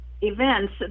events